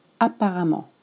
apparemment